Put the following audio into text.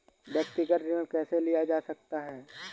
व्यक्तिगत ऋण कैसे लिया जा सकता है?